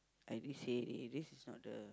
and it say it it is not the